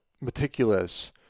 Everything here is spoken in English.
meticulous